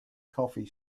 coffee